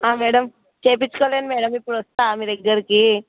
madam చేయించుకోలేదు madam ఇప్పుడు వస్తాను మీ దగ్గరకి